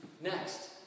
Next